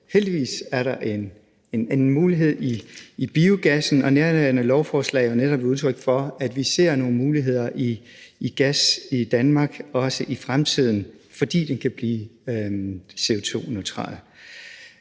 Heldigvis er der en anden mulighed i i biogassen, og nærværende lovforslag er netop et udtryk for, at vi ser nogle muligheder i gas i Danmark, også i fremtiden, fordi den kan blive CO2-neutral.